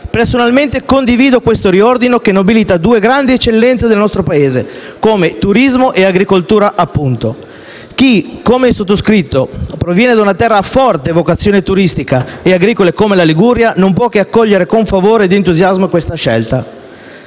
Personalmente condivido questo riordino, che nobilita due grandi eccellenze del nostro Paese, come appunto turismo e agricoltura. Chi, come il sottoscritto, proviene da una terra a forte vocazione turistica e agricola, come la Liguria, non può che accogliere con favore ed entusiasmo questa scelta.